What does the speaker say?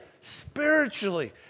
Spiritually